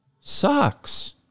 sucks